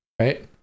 right